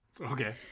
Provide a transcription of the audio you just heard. Okay